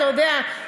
אתה יודע,